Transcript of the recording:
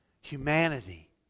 humanity